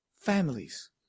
families